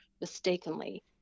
mistakenly